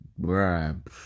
bruh